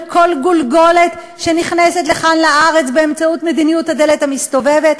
על כל גולגולת שנכנסת לכאן לארץ באמצעות מדיניות הדלת המסתובבת.